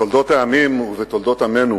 בתולדות העמים ובתולדות עמנו